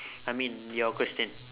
I mean your question